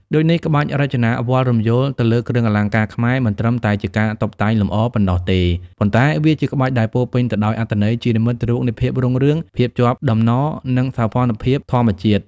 ដូចនេះ ក្បាច់រចនាវល្លិ៍រំយោលនៅលើគ្រឿងអលង្ការខ្មែរមិនត្រឹមតែជាការតុបតែងលម្អប៉ុណ្ណោះទេ ប៉ុន្តែវាជាក្បាច់ដែលពោរពេញទៅដោយអត្ថន័យជានិមិត្តរូបនៃភាពរុងរឿង ភាពជាប់តំណ និងសោភ័ណភាពធម្មជាតិ។